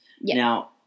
Now